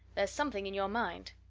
there's something in your mind.